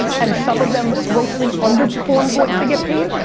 and some of them grossly underperform what they get paid,